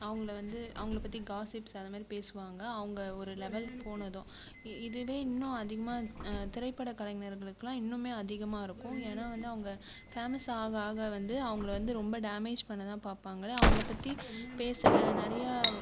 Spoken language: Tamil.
அவங்களை வந்து அவங்களை பற்றி காசிப்ஸ் அதை மாதிரி பேசுவாங்க அவங்க ஒரு லெவெல்க்கு போனதும் இ இதுவே இன்னும் அதிகமாக திரைப்பட கலைஞர்களுக்குலாம் இன்னுமே அதிகமாக இருக்கும் ஏன்னால் வந்து அவங்க ஃபேமஸ் ஆக ஆக வந்து அவங்களை வந்து ரொம்ப டேமேஜ் பண்ண தான் பார்ப்பாங்கலே அவங்களை பற்றி பேச நிறையா